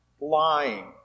lying